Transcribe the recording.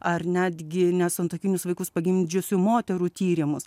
ar netgi nesantuokinius vaikus pagimdžiusių moterų tyrimus